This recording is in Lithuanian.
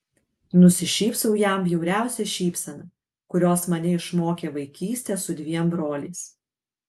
nusišypsau jam bjauriausia šypsena kurios mane išmokė vaikystė su dviem broliais